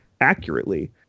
accurately